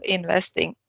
Investing